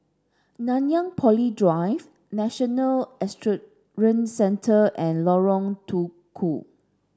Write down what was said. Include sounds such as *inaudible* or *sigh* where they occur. Nanyang Poly Drive National *unintelligible* Centre and Lorong Tukol